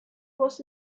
was